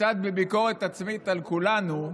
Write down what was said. קצת בביקורת עצמית על כולנו,